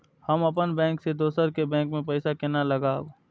हम अपन बैंक से दोसर के बैंक में पैसा केना लगाव?